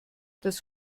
das